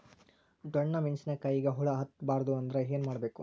ಡೊಣ್ಣ ಮೆಣಸಿನ ಕಾಯಿಗ ಹುಳ ಹತ್ತ ಬಾರದು ಅಂದರ ಏನ ಮಾಡಬೇಕು?